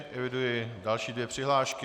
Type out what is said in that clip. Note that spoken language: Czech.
Eviduji další dvě přihlášky.